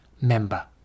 member